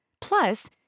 Plus